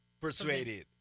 persuaded